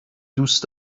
دوست